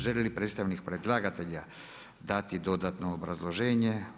Želi li predstavnik predlagatelja dati dodatno obrazloženje?